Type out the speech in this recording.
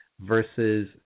versus